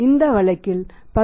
இந்த வழக்கில் 10